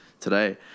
today